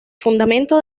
fundamento